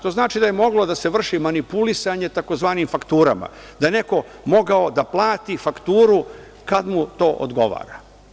To znači da je moglo da se vrši manipulisanje tzv. fakturama, da je neko mogao da plati fakturu kada mu to odgovara.